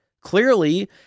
clearly